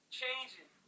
changing